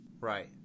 Right